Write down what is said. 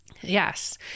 Yes